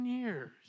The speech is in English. years